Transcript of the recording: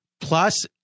plus